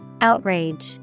Outrage